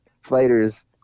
fighters